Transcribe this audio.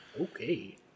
Okay